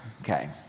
okay